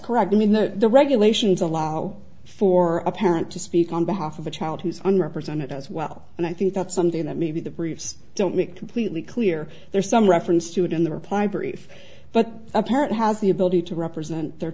correct even though the regulations allow for a parent to speak on behalf of a child who's on represented as well and i think that's something that maybe the briefs don't make completely clear there's some reference to it in the reply brief but a parent has the ability to represent their